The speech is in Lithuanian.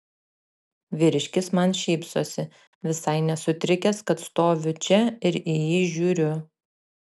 vyriškis man šypsosi visai nesutrikęs kad stoviu čia ir į jį žiūriu